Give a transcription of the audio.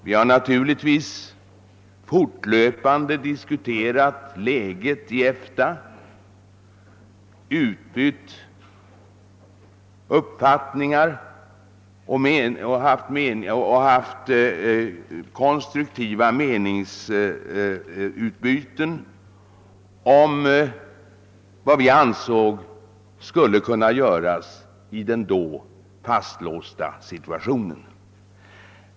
Vi har naturligtvis fortlöpande diskuterat läget i EFTA och haft konstruktiva meningsutbyten om vad vi ansåg skulle kunna göras i den då fastlåsta situationen.